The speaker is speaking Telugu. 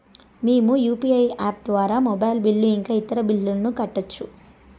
మేము యు.పి.ఐ యాప్ ద్వారా మొబైల్ బిల్లు ఇంకా ఇతర బిల్లులను కట్టొచ్చు